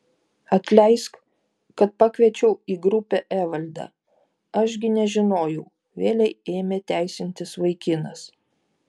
atleisk kad pakviečiau į grupę evaldą aš gi nežinojau vėlei ėmė teisintis vaikinas